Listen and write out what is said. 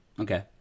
Okay